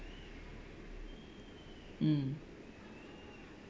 mm